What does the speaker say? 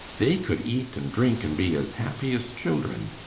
they could eat and drink, and be as happy as children.